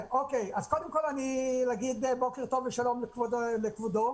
אז קודם כול, להגיד בוקר טוב ושלום לכבודו.